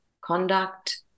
conduct